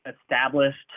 established